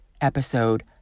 episode